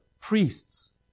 priests